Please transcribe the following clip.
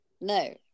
No